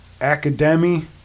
Academy